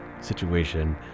situation